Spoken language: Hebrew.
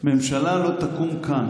ממשלה לא תקום כאן